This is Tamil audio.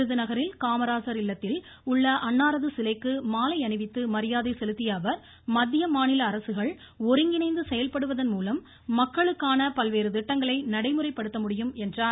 விருதுநகரில் காமராஜர் இல்லத்தில் உள்ள அன்னாரது சிலைக்கு மாலை அணிவித்து மரியாதை செலுத்திய அவர் மத்திய மாநில அரசுகள் ஒருங்கிணைந்து செயல்படுவதன்மூலம் மக்களுக்கான பல்வேறு திட்டங்களை நடைமுறைப்படுத்த முடியும் என்றார்